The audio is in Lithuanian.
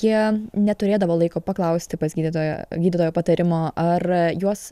jie neturėdavo laiko paklausti pas gydytoją gydytojo patarimo ar juos